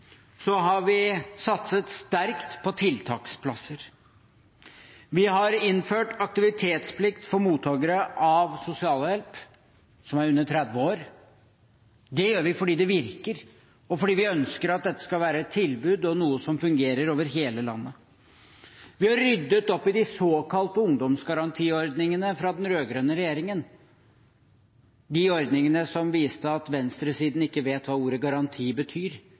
har vi satset sterkt på tiltaksplasser. Vi har innført aktivitetsplikt for mottakere av sosialhjelp som er under 30 år. Det gjør vi fordi det virker, og fordi vi ønsker at dette skal være et tilbud, og noe som fungerer over hele landet. Vi har ryddet opp i de såkalte ungdomsgarantiordningene fra den rød-grønne regjeringen, de ordningene som viste at venstresiden ikke vet hva ordet garanti betyr